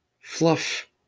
fluff